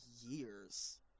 years